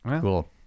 cool